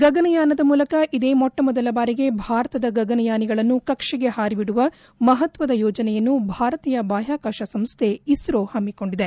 ಗಗನಯಾನದ ಮೂಲಕ ಇದೇ ಮೊಟ್ಟಮೊದಲ ಬಾರಿಗೆ ಭಾರತದ ಗಗನಯಾನಿಗಳನ್ನು ಕಕ್ಷೆಗೆ ಹಾರಿಬಿಡುವ ಮಹತ್ವದ ಯೋಜನೆಯನ್ನು ಭಾರತೀಯ ಬಾಹ್ಯಾಕಾಶ ಸಂಸ್ಥೆ ಇಸ್ರೋ ಹಮ್ಮಿಕೊಂಡಿದೆ